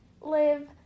Live